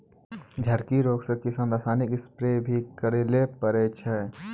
झड़की रोग से किसान रासायनिक स्प्रेय भी करै ले पड़ै छै